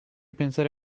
pensare